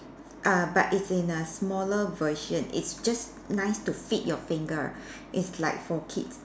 err but it's in a smaller version it's just nice to fit your finger it's like for kids